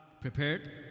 prepared